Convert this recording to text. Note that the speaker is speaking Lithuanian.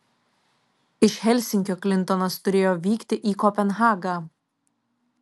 iš helsinkio klintonas turėjo vykti į kopenhagą